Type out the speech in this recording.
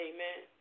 Amen